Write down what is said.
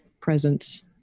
presence